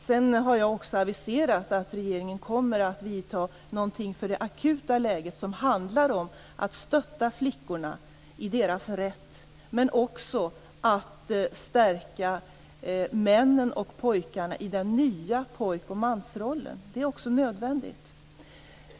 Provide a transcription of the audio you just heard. Sedan har jag aviserat att regeringen kommer att vidta åtgärder för att komma till rätta med det akuta läget som innebär att man skall stötta flickorna i deras rätt och också att stärka pojkarna och männen i den nya pojk och mansrollen. Det är också nödvändigt.